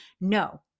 No